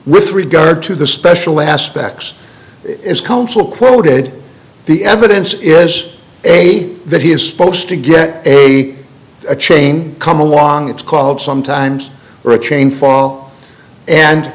with regard to the special aspects is counsel quoted the evidence is a that he is supposed to get a chain come along it's called sometimes or a chain fall and